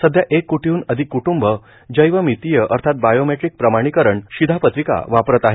सध्या एक कोटींहन अधिक क्टूंब जैवमीतीय बायोमेट्रिक प्रमाणीकरण शिधापत्रिका वापरत आहेत